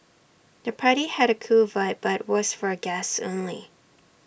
the party had A cool vibe but was for guests only